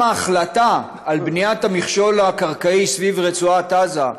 גם ההחלטה על בניית המכשול הקרקעי סביב רצועת עזה,